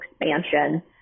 expansion